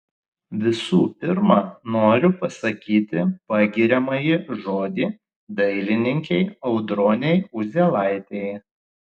visų pirma noriu pasakyti pagiriamąjį žodį dailininkei audronei uzielaitei